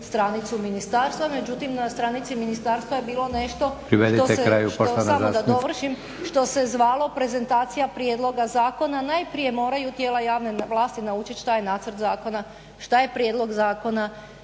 zastupnice. **Lovrin, Ana (HDZ)** Samo da dovršim. Što se zvalo prezentacija prijedloga zakona, najprije moraju tijela javne vlasti naučiti šta je nacrt zakona, šta je prijedlog zakona,